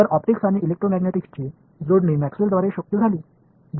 எனவே ஒளியியல் மற்றும் எலெக்ட்ரோமேக்னெட்டிக்ஸ் இணைப்பது மேக்ஸ்வெல்லால் சாத்தியமானது